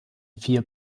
vier